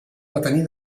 detenir